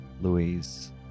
Louise